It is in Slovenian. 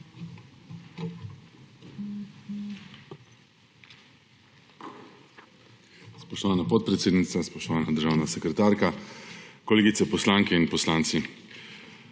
Spoštovana podpredsednica, spoštovana državna sekretarka, kolegice poslanke in poslanci!